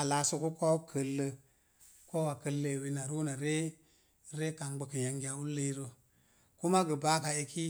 a laasuku ko̱o̱u ka̱llə. Ko̱o̱wa kəllə ewi na ruu na ree, re kamgbukə yangiya ulloirə, kuma gə baaka eki